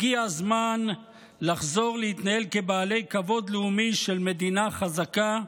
הגיע הזמן לחזור להתנהל כבעלי כבוד לאומי של מדינה חזקה,